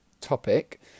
topic